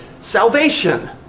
salvation